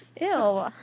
Ew